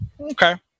Okay